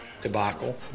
Debacle